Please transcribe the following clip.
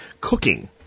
cooking